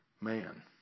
Man